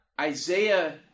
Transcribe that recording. Isaiah